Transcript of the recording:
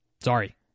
Sorry